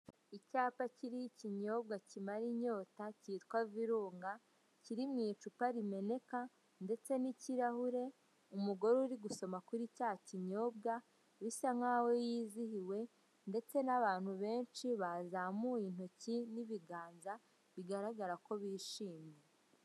Icyapa kiriho ikinyobwa kimara inyota kitwa virunga kiri mu icupa rimeneka ndetse n'ikirahure, umugore uri gusoma kuri cya kinyobwa bisa nkaho yizihiwe ndetse n'abantu benshi bazamuye intoki n'ibiganza bigaragara ko bishimye.